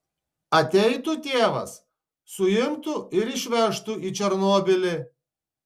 ateitų tėvas suimtų ir išvežtų į černobylį